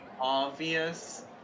obvious